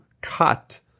cut